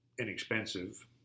inexpensive